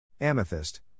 Amethyst